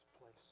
place